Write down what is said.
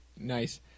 Nice